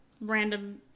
random